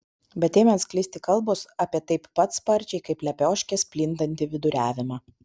bet ėmė atsklisti kalbos apie taip pat sparčiai kaip lepioškės plintantį viduriavimą